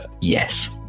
yes